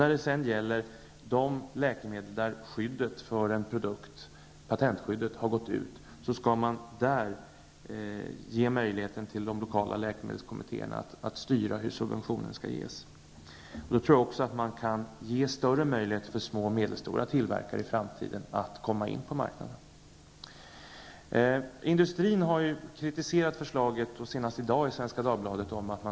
När det gäller de läkemedel där patentskyddet har gått ut skall man ge möjlighet till de lokala läkemedelskommittéerna att styra hur subventionen skall ges. Då tror jag också man kan ge större möjligheter för små och stora medelstora tillverkare i framtiden att komma in på marknaden. Industrin har kritiserat förslaget, senast i dag i Svenska Dagbladet.